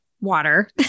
water